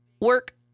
work